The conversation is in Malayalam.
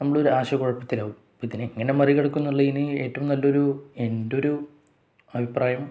നമ്മൾ ഒരു ആശയ കുഴപ്പത്തിലാവും ഇതിനെ എങ്ങനെ മറികടക്കുമെന്നുുള്ളത് ഇനി ഏറ്റവും നല്ല ഒരു എൻ്റെ ഒരു അഭിപ്രായം